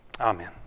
Amen